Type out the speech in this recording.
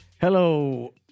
Hello